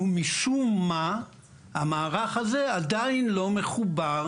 ומשום מה המערך הזה עדיין לא מחובר